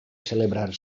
celebrar